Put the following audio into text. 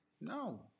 No